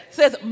says